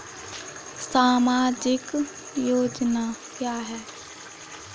सामाजिक योजना क्या है?